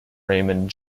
raymond